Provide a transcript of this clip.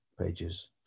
pages